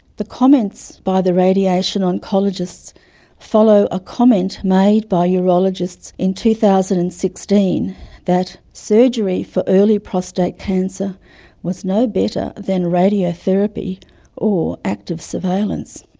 the comments by the radiation oncologist follow a comment made by urologists in two thousand and sixteen that surgery for early prostate cancer was no better than radiotherapy or active surveillance.